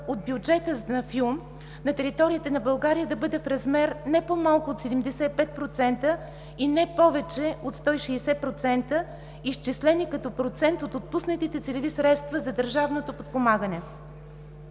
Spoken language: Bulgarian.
от бюджета на филм на територията на България да бъде в размер не по-малко от 75% и не повече от 160%, изчислени като процент от отпуснатите целеви средства за държавно подпомагане.